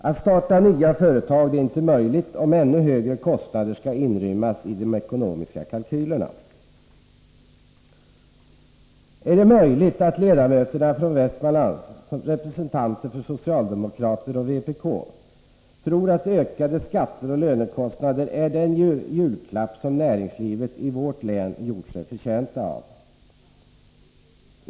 Att starta nya företag är inte möjligt, om ännu högre kostnader skall inrymmas i de ekonomiska kalkylerna. Är det möjligt att de ledamöter från Västmanland som representerar socialdemokratin och vpk tror att ökade skatter och lönekostnader är den julklapp som näringslivet i vårt län har gjort sig förtjänt av?